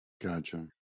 Gotcha